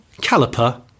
caliper